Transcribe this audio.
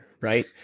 right